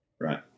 Right